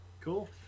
Cool